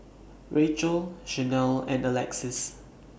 Rachelle Shanell and Alexus